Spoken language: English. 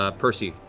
ah percy,